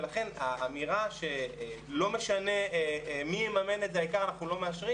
ולכן האמירה שלא משנה מי יממן את זה העיקר אנחנו לא מאשרים